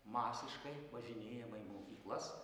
masiškai važinėjama į mokyklas